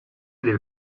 del